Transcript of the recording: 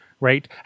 right